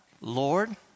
Lord